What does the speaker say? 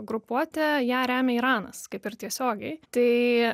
grupuotė ją remia iranas kaip ir tiesiogiai tai